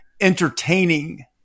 entertaining